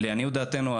לעניות דעתנו,